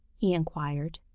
he inquired.